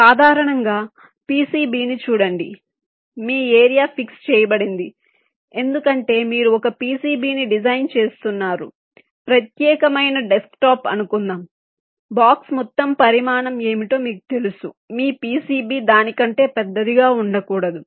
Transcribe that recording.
సాధారణంగా PCB ని చూడండి మీ ఏరియా ఫిక్స్ చేయబడింది ఎందుకంటే మీరు ఒక PCB ని డిజైన్ చేస్తున్నారు ప్రత్యేకమైన డెస్క్టాప్ అనుకుందాం బాక్స్ మొత్తం పరిమాణం ఏమిటో మీకు తెలుసు మీ PCB దాని కంటే పెద్దదిగా ఉండకూడదు